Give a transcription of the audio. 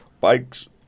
Bikes